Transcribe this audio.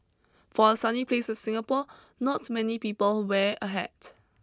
for a sunny place Singapore not many people wear a hat